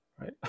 right